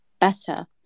better